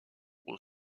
aux